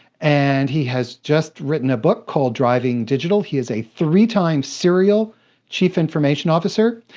and he has just written a book called driving digital. he is a three-time serial chief information officer.